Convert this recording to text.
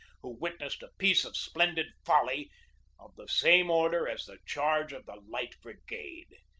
who witnessed a piece of splendid folly of the same order as the charge of the light brigade,